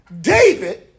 David